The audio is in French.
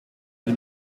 dix